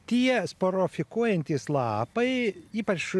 tie sporofikuojentis lapai ypač